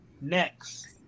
next